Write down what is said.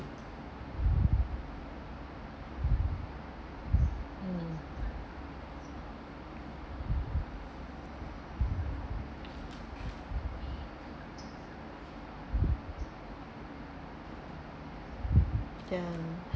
ya